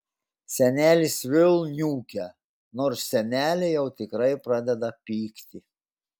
senelis vėl niūkia nors senelė jau tikrai pradeda pykti